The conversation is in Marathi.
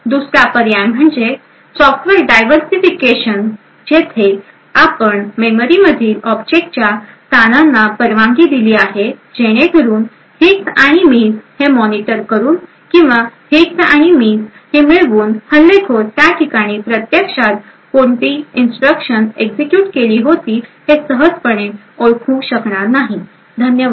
दुसरा पर्याय म्हणजे सॉफ्टवेयर डेव्हर्सीफिकेशनद्वारे जेथे आपण मेमरी मधील ऑब्जेक्ट्सच्या स्थानांना परवानगी दिली आहे जेणेकरून हिट्स आणि मिस हे मॉनिटर करून किंवा हिट्स आणि मिस हे मिळवूनहल्लेखोर त्या ठिकाणी प्रत्यक्षात कोणती इन्स्ट्रक्शन एक्झिक्युट केली होती हे सहजपणे ओळखू शकणार नाही धन्यवाद